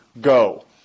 go